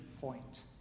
point